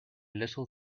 little